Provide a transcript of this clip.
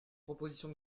proposition